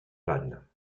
panne